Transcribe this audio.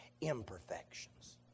imperfections